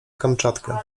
kamczatkę